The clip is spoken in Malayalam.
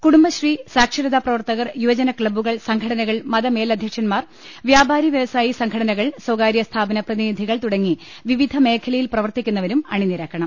കുടംബശ്രീ സാക്ഷരതാ പ്രവർത്തകർ യുവജന ക്ലബ്ബുകൾ സംഘടനകൾ മത മേലധ്യക്ഷൻ മാർ വ്യാപാരി വൃവസായി സംഘടനകൾ സ്വകാര്യ സ്ഥാപ്ന പ്രതിനിധികൾ തുടങ്ങി വിവിധ മേഖലയിൽ പ്രവർത്തിക്കുന്നവരും അണിനിരക്കണം